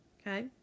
okay